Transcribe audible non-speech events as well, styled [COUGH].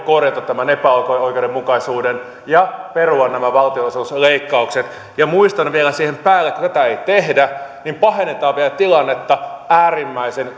voivat korjata tämän epäoikeudenmukaisuuden ja perua nämä valtionosuusleikkaukset ja muistutan vielä siihen päälle kun tätä ei tehdä niin pahennetaan vielä tilannetta äärimmäisen [UNINTELLIGIBLE]